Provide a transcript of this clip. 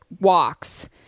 walks